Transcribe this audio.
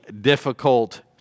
difficult